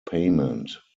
payment